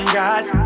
guys